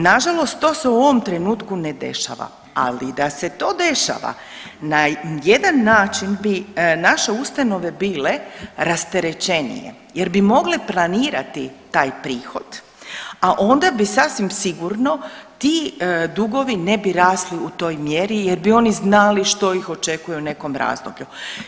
Nažalost to se u ovom trenutku ne dešava, ali da se to dešava na jedan način bi naše ustanove bile rasterećenije jer bi mogle planirati taj prihod, a onda bi sasvim sigurno, ti dugovi ne bi rasli u toj mjeri jer bi oni znali što ih očekuje u nekom razdoblju.